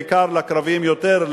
בעיקר לקרביים יותר,